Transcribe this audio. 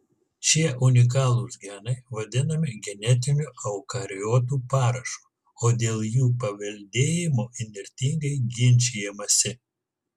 šie unikalūs genai vadinami genetiniu eukariotų parašu o dėl jų paveldėjimo įnirtingai ginčijamasi